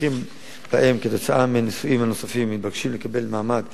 במקרים שבהם כתוצאה מהנישואין הנוספים מבקשים לקבל מעמד בישראל,